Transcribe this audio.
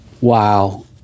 Wow